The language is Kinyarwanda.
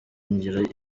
ngiro